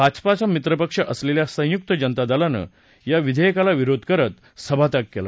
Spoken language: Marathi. भाजपाचा मित्रपक्ष असलेल्या संयुक्त जनता दलानं या विधेयकाला विरोध करत सभात्याग केला